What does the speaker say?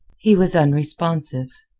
he was unresponsive.